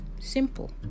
Simple